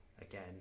again